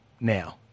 now